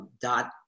Dot